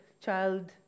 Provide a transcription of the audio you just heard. child